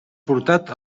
portat